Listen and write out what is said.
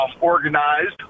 organized